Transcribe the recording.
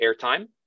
airtime